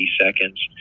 seconds